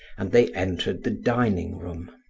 and they entered the dining-room.